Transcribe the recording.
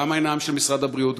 גם העיניים של משרד הבריאות,